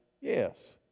yes